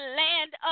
land